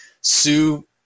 sue